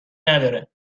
نداره